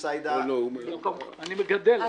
אני מגדל.